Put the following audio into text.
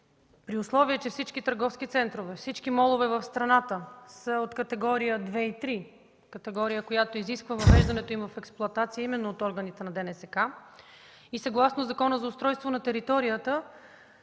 При условие че всички търговски центрове, всички молове в страната са от категория 2 и 3, която изисква въвеждането им в експлоатация именно от органите на ДНСК и съгласно Закона за устройство на територията